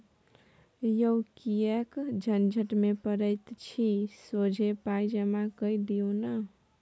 यौ किएक झंझट मे पड़ैत छी सोझे पाय जमा कए दियौ न